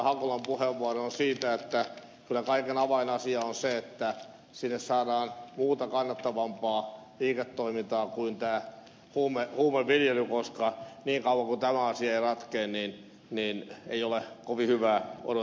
hakolan puheenvuoroon siinä että kyllä kaiken avainasia on se että sinne saadaan muuta kannattavampaa liiketoimintaa kuin tämä huumeviljely koska niin kauan kuin tämä asia ei ratkea ei ole kovin hyvää odotettavissa